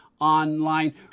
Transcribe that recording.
Online